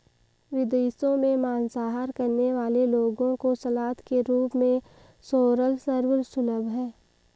विदेशों में मांसाहार करने वाले लोगों को सलाद के रूप में सोरल सर्व सुलभ है